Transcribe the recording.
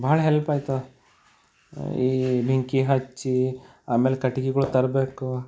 ಭಾಳ ಹೆಲ್ಪ್ ಆಗ್ತವ ಈ ಬೆಂಕಿ ಹಚ್ಚಿ ಆಮೇಲೆ ಕಟ್ಗೆಗಳು ತರಬೇಕು